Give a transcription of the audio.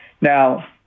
Now